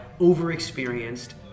overexperienced